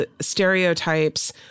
stereotypes